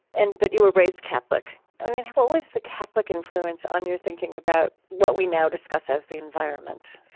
and but you were raised catholic. and what was the catholic influence on your thinking about what we now discuss as the environment?